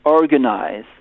organize